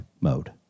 mode